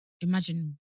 imagine